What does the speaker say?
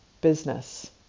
business